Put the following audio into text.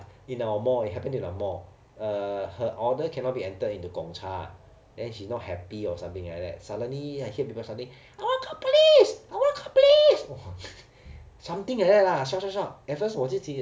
in our mall it happened in our mall uh her order cannot be entered into gong cha then she not happy or something like that suddenly I hear people suddenly I wanna call police I wanna call police something like that lah shout shout shout at first 我自己也